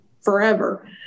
forever